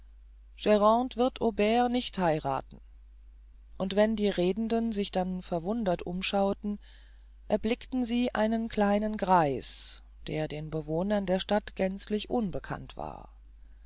wird aubert nicht heiraten und wenn die redenden sich dann verwundert umschauten erblickten sie einen kleinen greis der den bewohnern der stadt gänzlich unbekannt war